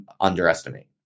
underestimate